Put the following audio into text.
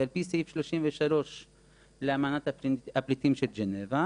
היא על פי סעיף 33 לאמנת הפליטים של ג'נבה,